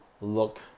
look